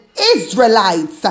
israelites